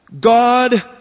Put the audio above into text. God